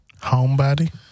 Homebody